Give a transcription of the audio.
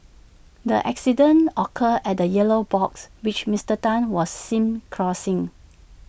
the accident occurred at A yellow box which Mister Tan was seen crossing